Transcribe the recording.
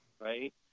right